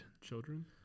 children